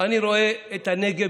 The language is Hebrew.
אני רואה את הנגב